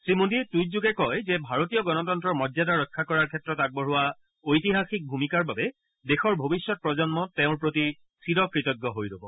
শ্ৰী মোদীয়ে টুইটযোগে কয় যে ভাৰতীয় গণতন্তৰ মৰ্যাদা ৰক্ষা কৰাৰ ক্ষেত্ৰত আগবঢ়োৱা ঐতিহাসিক ভূমিকাৰ বাবে দেশৰ ভৱিষ্যত প্ৰজন্ম তেওঁৰ প্ৰতি চিৰকতজ্ঞ হৈ ৰব